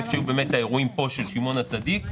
היכן שהיו האירועים של שמעון הצדיק,